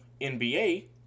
NBA